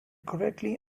correctly